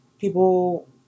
people